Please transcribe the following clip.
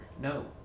No